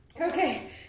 Okay